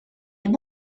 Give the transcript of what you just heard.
быть